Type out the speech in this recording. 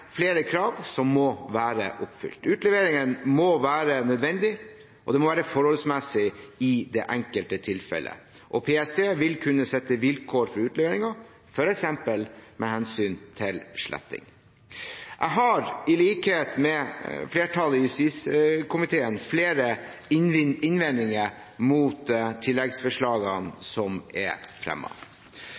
flere krav som må være oppfylt. Utleveringene må være nødvendige, og det må være forholdsmessig i det enkelte tilfellet. PST vil kunne sette vilkår for utleveringen, f.eks. med hensyn til sletting. Jeg har, i likhet med flertallet i justiskomiteen, flere innvendinger mot tilleggsforslagene som er